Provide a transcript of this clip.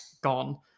gone